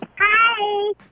Hi